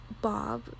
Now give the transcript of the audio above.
Bob